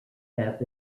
have